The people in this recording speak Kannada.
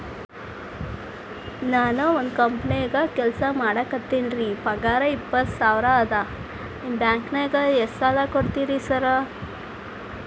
ನಾನ ಒಂದ್ ಕಂಪನ್ಯಾಗ ಕೆಲ್ಸ ಮಾಡಾಕತೇನಿರಿ ಪಗಾರ ಇಪ್ಪತ್ತ ಸಾವಿರ ಅದಾ ನಿಮ್ಮ ಬ್ಯಾಂಕಿನಾಗ ಎಷ್ಟ ಸಾಲ ಕೊಡ್ತೇರಿ ಸಾರ್?